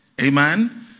Amen